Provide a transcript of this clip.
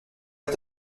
est